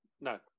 no